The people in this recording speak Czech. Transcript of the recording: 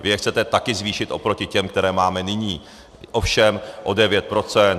Vy je chcete taky zvýšit oproti těm, které máme nyní, ovšem o 9, 10 %.